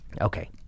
Okay